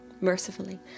Mercifully